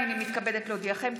הינני מתכבדת להודיעכם,